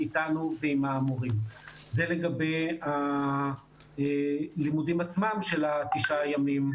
איתנו ועם המורים - זה לגבי הלימודים עצמם של התשעה ימים.